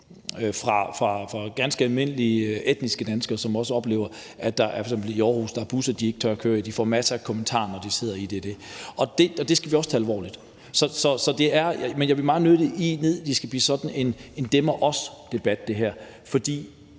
fra ganske almindelige etniske danskere, som oplever, at der f.eks. i Aarhus er busser, de ikke tør køre i, og som de får masser af kommentarer når de sidder i, og det skal vi også tage alvorligt. Men jeg vil meget nødig ende i, at det her skal blive sådan en »dem og os«-debat, for hele min